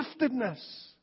giftedness